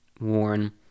worn